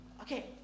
Okay